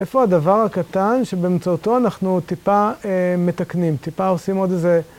איפה הדבר הקטן, שבאמצעותו אנחנו טיפה מתקנים, טיפה עושים עוד איזה...